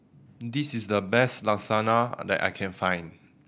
this is the best Lasagna that I can find